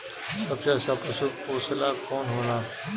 सबसे अच्छा पशु पोसेला कौन होला?